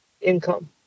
income